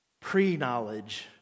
pre-knowledge